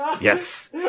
Yes